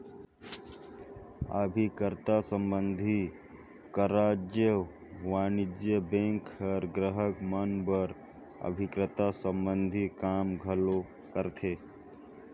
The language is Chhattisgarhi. अभिकर्ता संबंधी कारज वाणिज्य बेंक अपन गराहक मन बर अभिकर्ता संबंधी काम घलो करथे